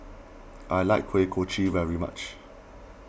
I like Kuih Kochi very much